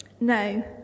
No